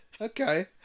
okay